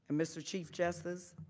and mr. chief justice,